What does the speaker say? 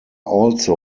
also